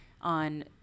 On